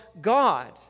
God